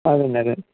అదేండి అదేండి